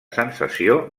sensació